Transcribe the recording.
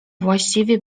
właściwie